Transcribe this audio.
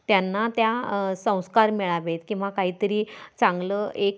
त्यांना त्या संस्कार मिळावेत किंवा काहीतरी चांगलं एक